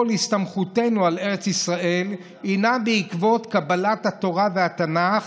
הסתמכותנו על ארץ ישראל הינה בעקבות קבלת התורה והתנ"ך